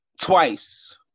twice